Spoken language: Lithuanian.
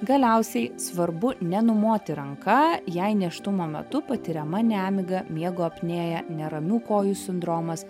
galiausiai svarbu nenumoti ranka jei nėštumo metu patiriama nemiga miego apnėja neramių kojų sindromas